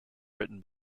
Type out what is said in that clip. written